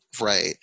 Right